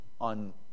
on